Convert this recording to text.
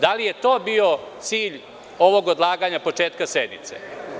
Da li je to bio cilj ovog odlaganja početka sednice?